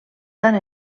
tant